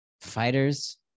fighters